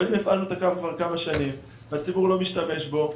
אבל אם הפעלנו את הקו כבר כמה שנים והציבור לא משתמש בו,